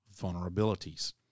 vulnerabilities